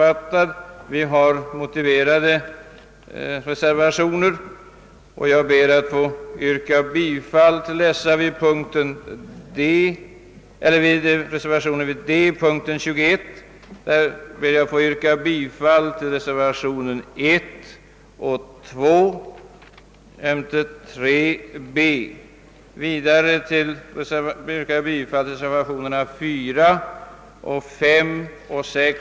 Vi har avlämnat motiverade reservationer, och jag ber att beträffande punkten 21 få yrka bifall till reservationerna D 1, 2, 3 b, 4, 5 och 6.